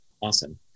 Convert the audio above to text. Awesome